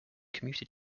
commuter